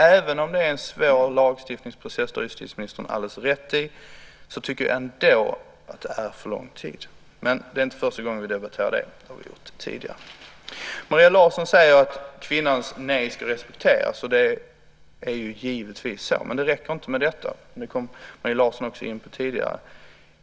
Även om det är en svår lagstiftningsprocess - det har justitieministern alldeles rätt i - tycker jag ändå att det är för lång tid. Men det är inte första gången vi debatterar detta. Det har vi gjort tidigare. Maria Larsson säger att kvinnans nej ska respekteras, och det är givetvis så. Men det räcker inte med detta. Det kom Maria Larsson också in på tidigare.